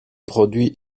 produit